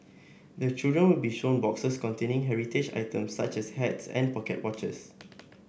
the children will be shown boxes containing heritage items such as hats and pocket watches